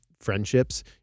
friendships